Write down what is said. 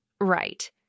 Right